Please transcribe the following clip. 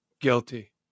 Guilty